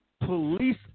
police